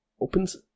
opens